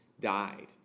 died